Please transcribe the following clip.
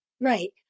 Right